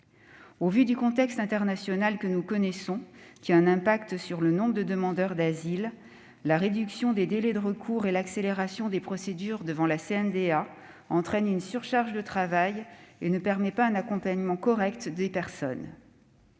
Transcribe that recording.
Au vu du contexte international que nous connaissons, qui a un impact sur le nombre de demandeurs d'asile, la réduction des délais de recours et l'accélération des procédures devant la CNDA entraînent une surcharge de travail et ne permettent pas un accompagnement correct des personnes.